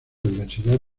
diversidad